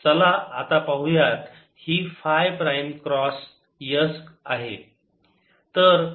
चला आता पाहुयात ही फाय प्राइम क्रॉस s काय आहे